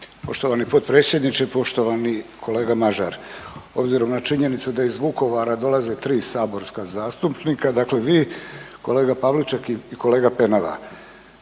Poštovani potpredsjedniče, poštovani kolega Mažar. Obzirom na činjenicu da iz Vukovara dolaze 3 saborska zastupnika, dakle vi kolega Pavliček i kolega Penava,